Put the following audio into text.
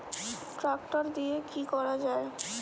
Tractor দিয়ে কি করা যায়?